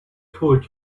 told